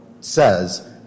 says